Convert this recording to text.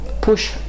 push